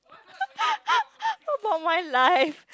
about my life